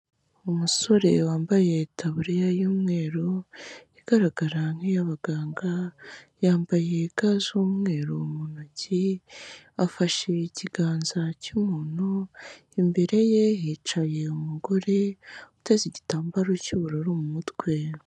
Umusore wambaye itaburiya y'umweru, igaragara nk'iy'abaganga, yambaye ga z'umweru mu ntoki, afashe ikiganza cy'umuntu, imbere ye hicaye umugore uteze igitambaro cy'ubururu mu mutwe.